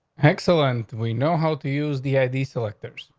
excellent. we know how to use the i d selectors,